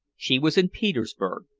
she was in petersburg,